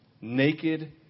naked